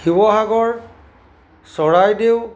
Sivasagar Charaideo